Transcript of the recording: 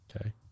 Okay